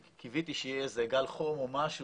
קיוויתי שיהיה איזה גל חום או משהו